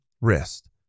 wrist